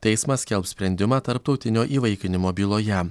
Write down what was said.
teismas skelbs sprendimą tarptautinio įvaikinimo byloje